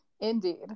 Indeed